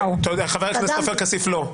--- חבר הכנסת עופר כסיף לא.